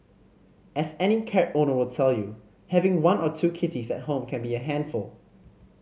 as any cat owner will tell you having one or two kitties at home can be a handful